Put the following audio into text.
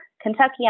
Kentucky